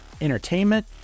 entertainment